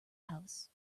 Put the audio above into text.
house